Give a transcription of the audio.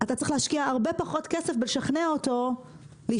אתה צריך להשקיע הרבה פחות כסף בלשכנע אותו להישאר.